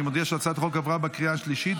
אני מודיע שהצעת החוק עברה בקריאה השלישית